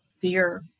fear